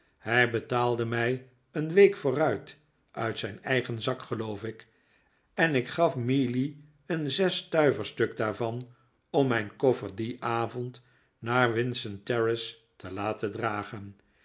hij betaalde mij een week vooruit uit zijn eigen zak geloof ik en ik gaf mealy een zesstui v verstuk daarvan om mijn koffer dien avond naar windsor terrace te laten dragen